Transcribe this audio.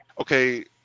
okay